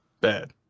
Bad